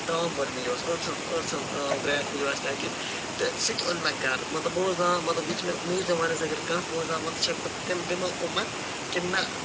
سُہ دامبٔرۍ مِلیو أرژَن ٹریک مِلیو سُہ اَسہِ تَتہِ تہٕ سُہ تہِ اوٚن مےٚ گرٕ مطلب بہٕ اوسُس دَپان مطلب یِتھُے مےٚ مِیوٗزیَم وَنۍ ٲسۍ کَتھ بوزان تِم دِمَو یِمَن کِنہٕ نہ